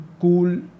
cool